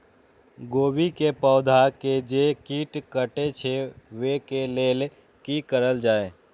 गोभी के पौधा के जे कीट कटे छे वे के लेल की करल जाय?